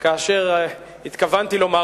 כאשר התכוונתי לומר,